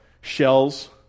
shells